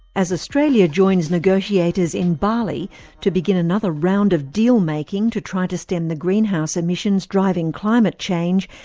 as australia joins negotiators in bali to begin another round of deal-making to try to stem the greenhouse emissions driving climate change,